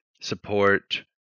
support